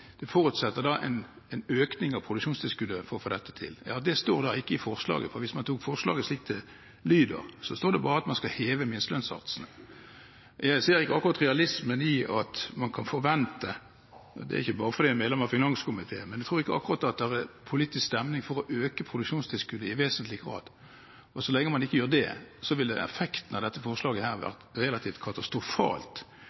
forslaget. Hvis man tar forslaget slik det lyder, står det bare at man skal heve minstesatsene. Jeg ser ikke akkurat realismen i at man kan forvente det – og det er ikke bare fordi jeg er medlem av finanskomiteen. Men jeg tror ikke akkurat det er politisk stemning for å øke produksjonstilskuddet i vesentlig grad. Og så lenge man ikke gjør det, vil effekten av dette forslaget være relativt katastrofalt for en del av de avisene som virkelig har problemer. Derfor ser jeg det slik at det aller mest fornuftige her,